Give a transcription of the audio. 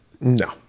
No